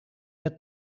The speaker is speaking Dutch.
het